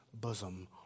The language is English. bosom